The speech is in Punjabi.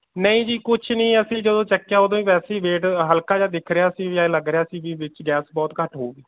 ਨਹੀਂ ਜੀ ਕੁਛ ਨਹੀਂ ਅਸੀਂ ਜਦੋਂ ਚੱਕਿਆ ਉਦੋਂ ਹੀ ਵੈਸੇ ਹੀ ਵੇਟ ਹਲਕਾ ਜਿਹਾ ਦਿਖ ਰਿਹਾ ਸੀ ਵੀ ਐਵੇਂ ਲੱਗ ਰਿਹਾ ਸੀ ਵੀ ਵਿੱਚ ਗੈਸ ਬਹੁਤ ਘੱਟ ਹੋਊਗੀ